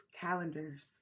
calendars